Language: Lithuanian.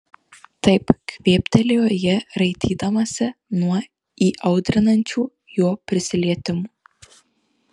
taip kvėptelėjo ji raitydamasi nuo įaudrinančių jo prisilietimų